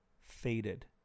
faded